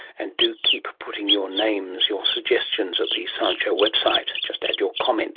and do keep putting your names, your suggestions, at the science show website, just add your comment